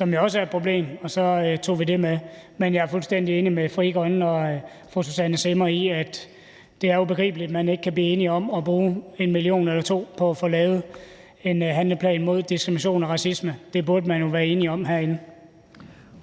jo også er et problem, og så tog vi det med. Men jeg er fuldstændig enig med Frie Grønne og fru Susanne Zimmer i, at det er ubegribeligt, at man ikke kan blive enige om at bruge 1 eller 2 mio. kr. på at få lavet en handleplan mod diskrimination og racisme. Det burde man jo være enige om herinde.